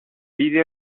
pide